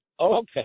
Okay